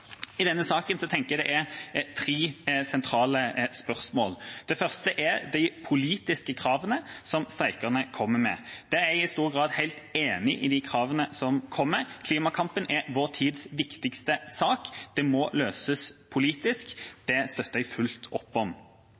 I denne saken tenker jeg at det er tre sentrale spørsmål. Det første er de politiske kravene som streikerne kommer med. Der er jeg i stor grad helt enig i de kravene som kommer. Klimakampen er vår tids viktigste sak. Det må løses politisk. Det støtter jeg fullt ut opp om.